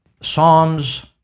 Psalms